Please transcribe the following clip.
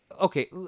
okay